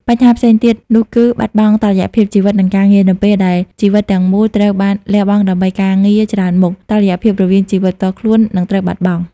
បញ្ហាផ្សេងទៀត នោះគឺ បាត់បង់តុល្យភាពជីវិត និងការងារ នៅពេលដែលជីវិតទាំងមូលត្រូវបានលះបង់ដើម្បីការងារច្រើនមុខ តុល្យភាពរវាងជីវិតផ្ទាល់ខ្លួន នឹងត្រូវបាត់បង់។